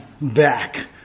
back